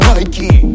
Nike